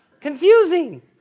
Confusing